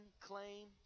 claim